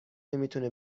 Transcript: نمیتونه